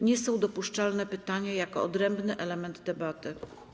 Nie są dopuszczalne pytania jako odrębny element debaty.